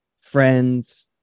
friends